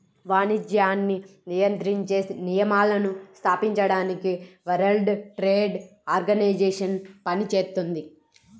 వాణిజ్యాన్ని నియంత్రించే నియమాలను స్థాపించడానికి వరల్డ్ ట్రేడ్ ఆర్గనైజేషన్ పనిచేత్తుంది